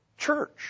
church